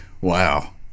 Wow